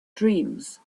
dreams